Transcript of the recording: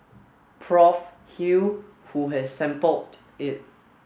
Prof Hew who has sampled it